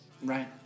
Right